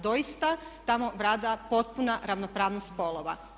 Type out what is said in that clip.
Doista tamo vlada potpuna ravnopravnost spolova.